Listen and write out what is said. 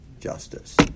justice